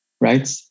right